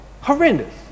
horrendous